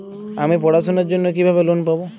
আমি পড়াশোনার জন্য কিভাবে লোন পাব?